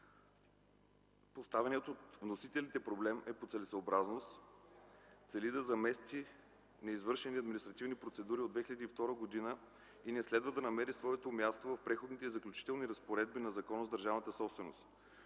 Поставеният от вносителите проблем е по целесъобразност, цели да замести неизвършени административни процедури от 2002 г. и не следва да намери своето място в Преходните и заключителните разпоредби на Закона за държавната собственост.